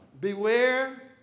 Beware